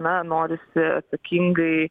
na norisi atsakingai